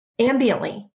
ambiently